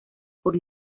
por